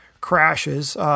crashes